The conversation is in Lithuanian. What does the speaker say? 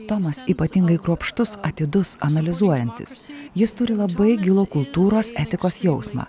tomas ypatingai kruopštus atidus analizuojantis jis turi labai gilų kultūros etikos jausmą